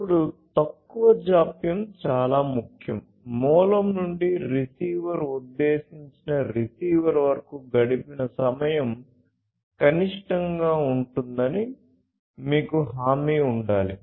అప్పుడు తక్కువ జాప్యం నుండి రిసీవర్ ఉద్దేశించిన రిసీవర్ వరకు గడిపిన సమయం కనిష్టంగా ఉంటుందని మీకు హామీ ఉండాలి